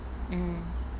mm